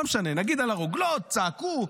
לא משנה, נגיד על הרוגלות, צעקו.